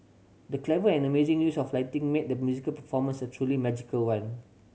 the clever and amazing use of lighting made the musical performance a truly magical one